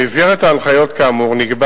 במסגרת ההנחיות כאמור נקבע